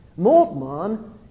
Moltmann